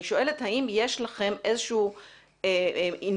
אני שואלת האם יש לכם איזו שהיא אינפורמציה,